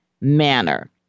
manner